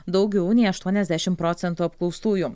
daugiau nei aštuoniasdešimt procentų apklaustųjų